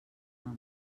amo